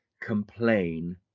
complain